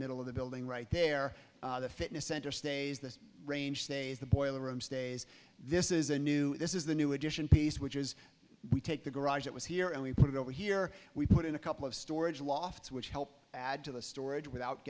middle of the building right there the fitness center stays the range stays the boiler room stays this is a new this is the new addition piece which is we take the garage it was here and we put it over here we put in a couple of storage lofts which help add to the storage without